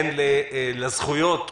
הן לזכויות האסירים,